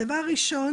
הדבר הראשון,